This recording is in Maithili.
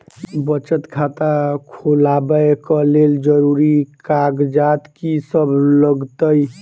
बचत खाता खोलाबै कऽ लेल जरूरी कागजात की सब लगतइ?